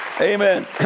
Amen